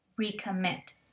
recommit